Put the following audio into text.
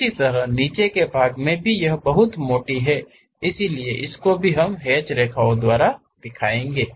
इसी तरह नीचे के भाग में भी यह बहुत मोटी है इसलिए इसको भी हम हैच रेखाओ से दिखाएंगे